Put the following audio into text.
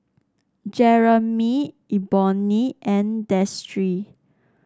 Jeramy Eboni and Destry